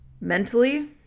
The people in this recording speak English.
mentally